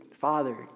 Father